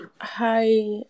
Hi